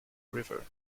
river